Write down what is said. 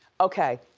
okay,